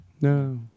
No